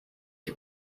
ich